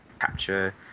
capture